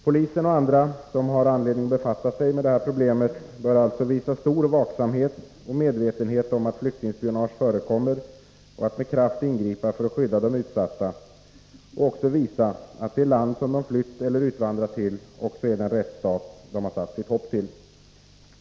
Polisen och andra som har anledning att befatta sig med det här problemet bör alltså visa stor vaksamhet och medvetenhet om att flyktingspionage förekommer, med kraft ingripa för att skydda de utsatta samt också visa att det land som de flytt eller utvandrat till är den rättsstat de har satt sitt hopp till.